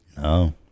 No